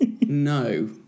No